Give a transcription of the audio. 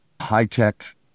high-tech